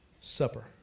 Supper